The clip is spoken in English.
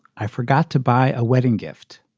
i forgot to buy a wedding gift.